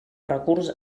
recurs